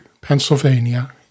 Pennsylvania